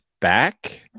back